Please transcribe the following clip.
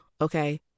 okay